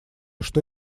что